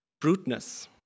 bruteness